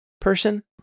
person